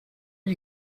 you